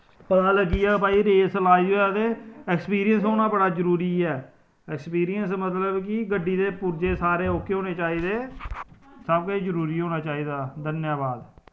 पता लग्गी गेआ भाई रेस लानी होऐ ते एक्सपीरियंस होना बड़ा जरुरी ऐ एक्सपीरियंस मतलब कि गड्डी दे पुर्जे सारे ओके होने चाहिदे सब किश जरुरी होना चाहिदा धन्नबाद